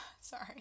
Sorry